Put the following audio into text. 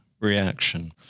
Reaction